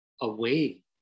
away